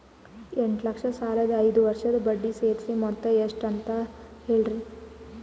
ಎಂಟ ಲಕ್ಷ ಸಾಲದ ಐದು ವರ್ಷದ ಬಡ್ಡಿ ಸೇರಿಸಿ ಮೊತ್ತ ಎಷ್ಟ ಅದ ಅಂತ ಹೇಳರಿ?